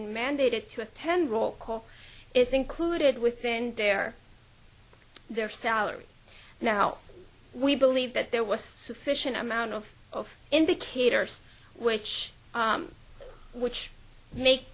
in mandated to attend rollcall is included within their their salary now we believe that there was sufficient amount of of indicators which which make